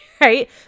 right